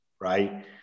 Right